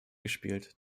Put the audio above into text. gespielt